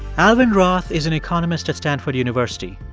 alvin roth is an economist at stanford university.